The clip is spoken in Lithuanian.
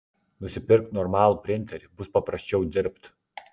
nusipirk normalų printerį bus paprasčiau dirbt